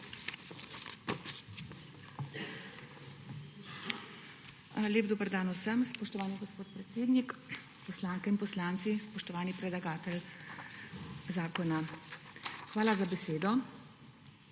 Hvala za besedo.